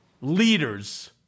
leaders